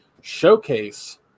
showcase